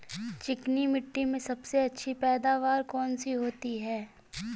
चिकनी मिट्टी में सबसे अच्छी पैदावार कौन सी होती हैं?